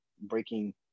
breaking